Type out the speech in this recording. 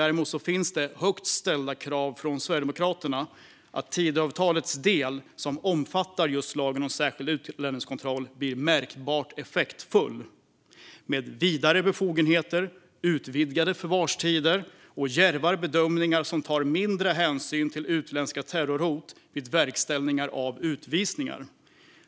Däremot finns det högt ställda krav från Sverigedemokraterna på att Tidöavtalets del som omfattar just lagen om särskild utlänningskontroll blir märkbart effektfull med vidare befogenheter, utvidgade förvarstider och djärvare bedömningar som tar mindre hänsyn till utländska terrorhot vid verkställande av utvisningar.